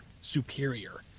superior